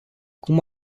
cum